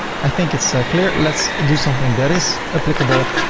i think it's clear. let's do something that is applicable